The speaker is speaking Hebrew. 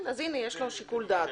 הנה, יש לו שיקול דעת.